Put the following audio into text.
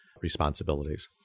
responsibilities